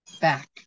back